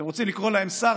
אתם רוצים לקרוא להם "שר",